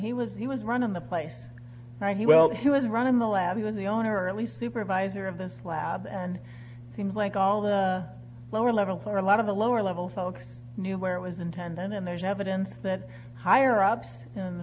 he was he was running the place right he well he was running the lab even the owner or at least supervisor of this lab and it seems like all the lower levels are a lot of the lower level folks knew where it was intended and there's evidence that higher ups in the